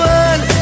one